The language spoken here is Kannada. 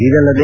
ಇದಲ್ಲದೆ